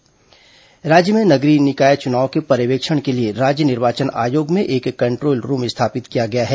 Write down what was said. निकाय चुनाव control room राज्य में नगरीय निकाय चुनावों के पर्यवेक्षण के लिए राज्य निर्वाचन आयोग में एक कंद्रोल रूम स्थापित किया गया है